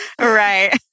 Right